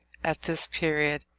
at this period,